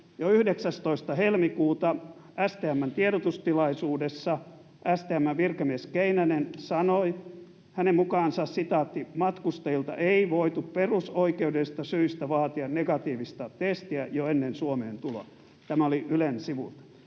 jo 19. helmikuuta STM:n tiedotustilaisuudessa STM:n virkamies Keinänen sanoi, että hänen mukaansa ”matkustajilta ei voitu perusoikeudellisista syistä vaatia negatiivista testiä jo ennen Suomeen tuloa”. Tämä oli Ylen sivuilla.